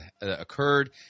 occurred